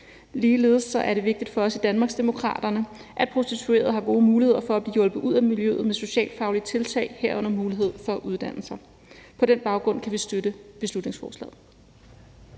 Ligeledes er det vigtigt for os i Danmarksdemokraterne, at prostituerede har gode muligheder for at blive hjulpet ud af miljøet ved hjælp af socialfaglige tiltag, herunder mulighed for at uddanne sig. På den baggrund kan vi støtte beslutningsforslaget.